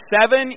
seven